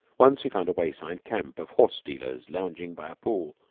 once we found a way-side camp of horse-dealers lounging by a pool,